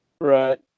Right